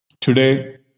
Today